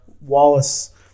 wallace